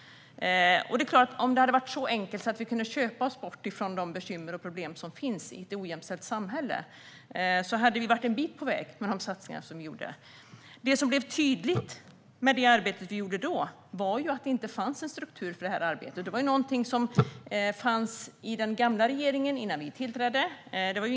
Om det hade varit så enkelt att vi hade kunnat köpa oss bort från de bekymmer som finns i ett ojämställt samhälle hade vi varit en bit på väg med de satsningar som vi gjorde. Det som blev tydligt genom det arbete vi gjorde var att det inte fanns en struktur för arbetet. Detta var något som låg hos den gamla regeringen, innan vi tillträdde.